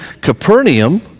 Capernaum